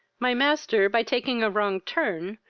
my master, by taking a wrong turn,